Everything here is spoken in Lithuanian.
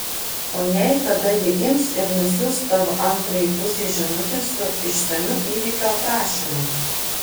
o jei tada ji ims ir nusiųs tavo antrajai pusei žinutę su išsamiu įvykio aprašymu